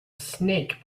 snake